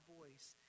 voice